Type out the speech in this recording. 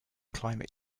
climate